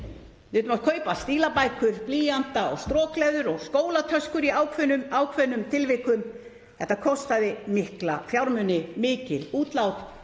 Við þurftum kaupa stílabækur, blýant og strokleður og skólatöskur í ákveðnum tilvikum og þetta kostaði mikla fjármuni, mikil útlát.